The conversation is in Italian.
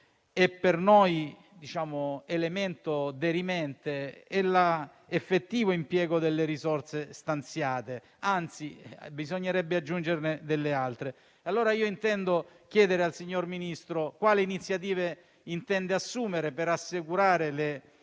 è per noi elemento dirimente l'effettivo impiego delle risorse stanziate. Anzi, bisognerebbe aggiungerne delle altre. Io intendo chiedere al signor Ministro quali iniziative intenda assumere per assicurare